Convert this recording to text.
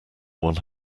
one